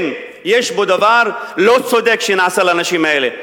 כן, יש פה דבר לא צודק, שנעשה לאנשים האלה.